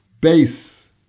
base